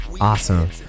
Awesome